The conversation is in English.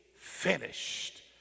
finished